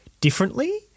differently